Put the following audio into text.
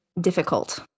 difficult